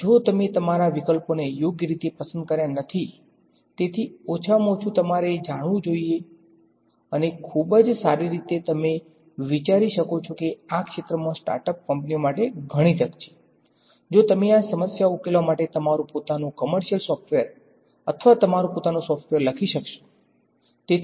જો તમે તમારા વિકલ્પોને યોગ્ય રીતે પસંદ કર્યા નથી તેથી ઓછામાં ઓછું તમારે તે જાણવું જોઈએ અને ખૂબ જ સારી રીતે તમે વિચારી શકો છો કે આ ક્ષેત્રમાં સ્ટાર્ટઅપ કંપનીઓ માટે ઘણી તક છે જો તમે આ સમસ્યાઓ ઉકેલવા માટે તમારું પોતાનું કમર્શિયલ સોફ્ટવેર અથવા તમારું પોતાનું સોફ્ટવેર લખી શકશો